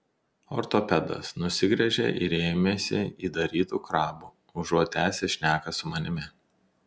ortopedas nusigręžė ir ėmėsi įdarytų krabų užuot tęsęs šneką su manimi